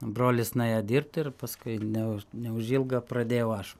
brolis nuėjo dirbt ir paskui neu neužilga pradėjau aš